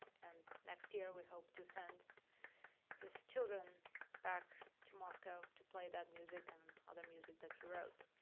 and next year, we hope to send his children back to moscow to play that music and other music that he wrote.